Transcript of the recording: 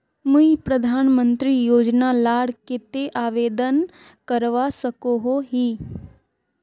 मुई प्रधानमंत्री योजना लार केते आवेदन करवा सकोहो ही?